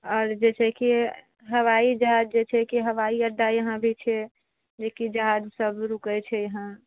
आओर जे छै की हवाई जहाज़ जे छैके हवाइ अड्डा यहाँ भी छै जेकि जहाज सब रुकए छै यहाँ